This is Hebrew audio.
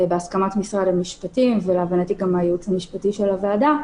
בהסכמת משרד המשפטים ולהבנתי גם בהסכמת הייעוץ המשפטי של הוועדה,